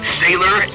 sailor